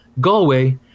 Galway